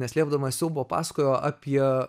neslėpdamas siaubo pasakojo apie